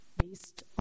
based